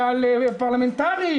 על פרלמנטרי,